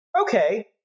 Okay